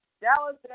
Dallas